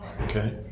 Okay